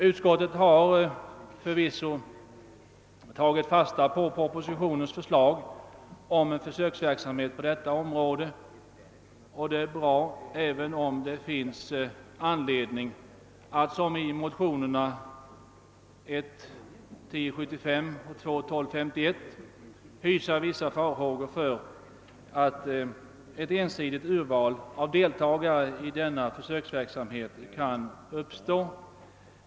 Utskottet har förvisso tagit fasta på propositionens förslag om en försöks verksamhet på detta område, och det är bra, även om det finns anledning att — som i motionerna 1: 1075 och II: 1251 — hysa vissa farhågor för att ett ensidigt urval av deltagare kan uppstå.